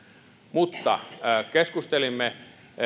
mutta keskustelimme